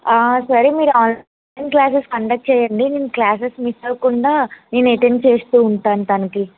సరే మీరు online classes conduct చేయండి మేం క్లాసెస్ మిస్ అవ్వకుండా నేను అటెండ్ చేస్తూ ఉంటాను తనకి